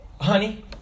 Honey